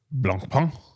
Blancpain